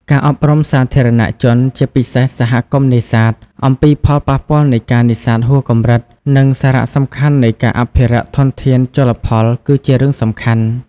ការអប់រំសាធារណជន ជាពិសេសសហគមន៍នេសាទ អំពីផលប៉ះពាល់នៃការនេសាទហួសកម្រិត និងសារៈសំខាន់នៃការអភិរក្សធនធានជលផលគឺជារឿងសំខាន់។